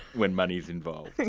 when money's involved.